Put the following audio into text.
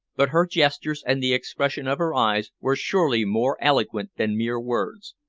but her gestures and the expression of her eyes were surely more eloquent than mere words.